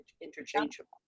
interchangeable